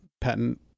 patent